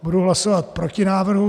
Budu hlasovat proti návrhu.